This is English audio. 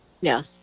Yes